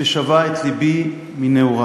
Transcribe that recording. ששבה את לבי מנעורי,